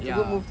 ya